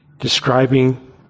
Describing